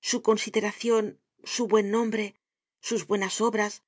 su consideracion su buen nombre sus buenas obras